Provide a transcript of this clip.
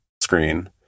screen